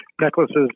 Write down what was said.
necklaces